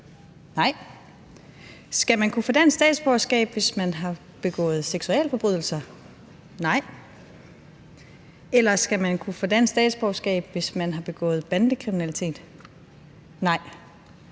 Nej. Skal man kunne få dansk statsborgerskab, hvis man har begået seksualforbrydelser? Nej. Eller skal man kunne få dansk statsborgerskab, hvis man har begået bandekriminalitet? Nej.